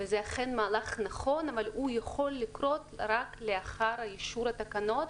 וזה אכן מהלך נכון אבל הוא יכול לקרות רק לאחר אישור התקנות,